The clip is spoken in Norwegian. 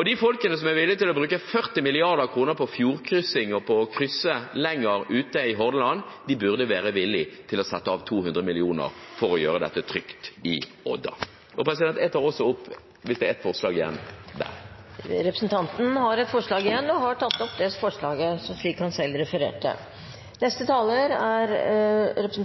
Og de folkene som er villige til å bruke 40 mrd. kr på fjordkryssing og på å krysse lenger ute i Hordaland, burde være villige til å sette av 200 mill. kr for å gjøre dette trygt i Odda. Representanten Heikki Eidsvoll Holmås har tatt opp det forslaget han refererte til. Saken